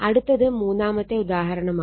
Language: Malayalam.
അടുത്തത് മൂന്നാമത്തെ ഉദാഹരണമാണ്